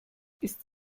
ist